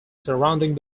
surrounding